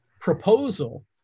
proposal